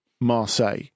Marseille